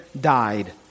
died